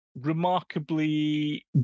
remarkably